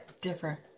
different